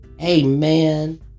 Amen